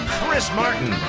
chris martin.